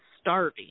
starving